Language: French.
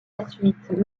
suite